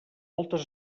moltes